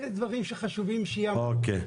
אלה דברים שחשוב שייאמרו.